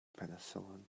penicillin